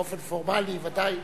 באופן פורמלי, ודאי,